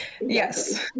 yes